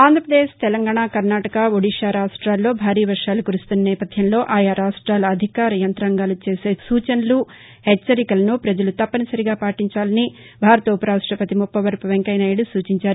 ఆంధ్రప్రదేశ్ తెలంగాణ కర్ణాటక ఒడిశా రాష్టాల్లో భారీ వర్షాలు కురుస్తున్న నేపథ్యంలో ఆయా రాష్టాల అధికార యంత్రాంగాలు చేసే సూచనలు హెచ్చరికలను ప్రజలు తప్పనిసరిగా పాటించాలని భారత ఉపరాష్టపతి ముప్పవరపు వెంకయ్య నాయుడు సూచించారు